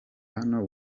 hano